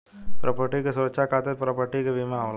property के सुरक्षा खातिर प्रॉपर्टी के बीमा होला